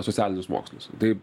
socialinius mokslus tai